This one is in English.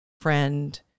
friend